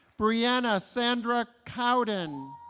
brianna sandra cowden